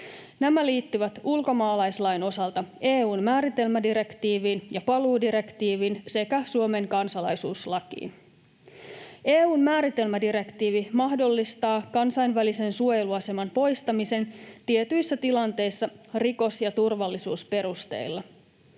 Nämä liittyvät ulkomaalaislain osalta EU:n määritelmädirektiiviin ja paluudirektiiviin sekä Suomen kansalaisuuslakiin. EU:n määritelmädirektiivi mahdollistaa kansainvälisen suojeluaseman poistamisen tietyissä tilanteissa rikos‑ ja turvallisuusperusteilla.